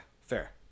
Fair